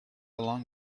along